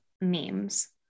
memes